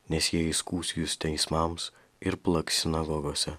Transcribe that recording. nes jie įskųs jus teismams ir plaks sinagogose